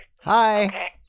Hi